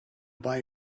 buy